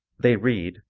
they read,